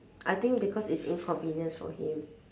I think because it's inconvenience for him